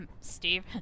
Steve